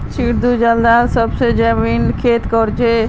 सिद्धू जालंधरत सेबेर जैविक खेती कर बे